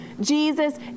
Jesus